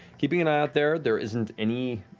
keeping an eye out there, there isn't any,